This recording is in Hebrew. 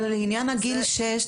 לעניין גיל שש,